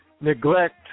neglect